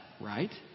right